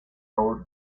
lobos